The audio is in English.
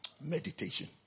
meditation